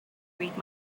read